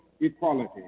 equality